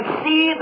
see